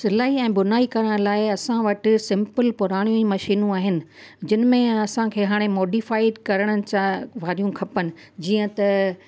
सिलाई ऐं बुनाई करण लाइ असां वटि सिंपल पुराणी मशीनूं आहिनि जिनि में असांखे हाणे मोडिफ़ाइ करण जा वारियूं खपनि जीअं त